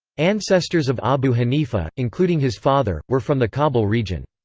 ancestors of abu hanifa, including his father, were from the kabul region.